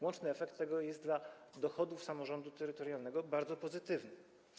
Łączny efekt tego jest dla dochodów samorządu terytorialnego bardzo pozytywny.